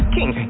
King